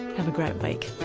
have a great week